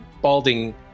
balding